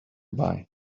buy